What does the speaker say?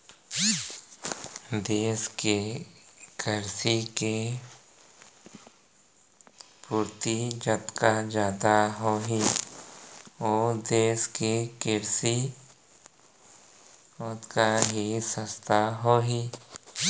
देस के करेंसी के पूरति जतका जादा होही ओ देस के करेंसी ओतका ही सस्ता होही